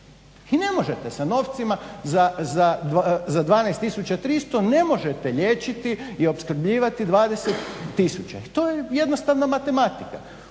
I ne možete sa novcima za 12300 ne možete liječiti i opskrbljivati 20000. I to je jednostavna matematika.